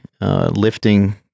lifting